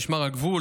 משמר הגבול,